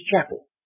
chapel